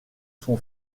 son